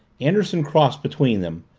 anderson crossed between them,